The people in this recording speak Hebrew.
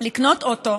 לקנות אוטו,